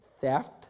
Theft